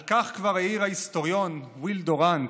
על כך כבר העיר ההיסטוריון ויל דוראנט: